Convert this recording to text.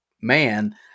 man